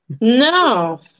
No